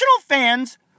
fans